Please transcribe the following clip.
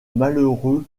malheureux